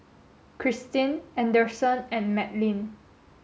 Christeen Anderson and Madlyn